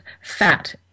fat